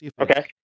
Okay